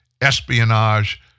espionage